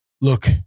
Look